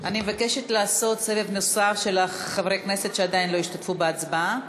אני מבקשת לעשות סבב נוסף של חברי הכנסת שעדיין לא השתתפו בהצבעה.